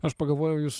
aš pagalvojau jūs